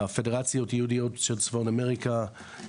הפדרציות היהודיות של צפון אמריקה,